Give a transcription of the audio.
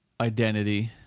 identity